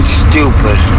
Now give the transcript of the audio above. stupid